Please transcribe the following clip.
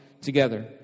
together